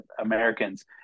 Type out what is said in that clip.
Americans